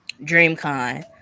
DreamCon